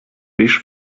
beige